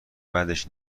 بدش